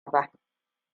ba